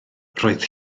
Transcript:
roedd